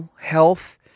health